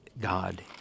God